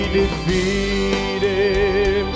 defeated